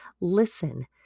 Listen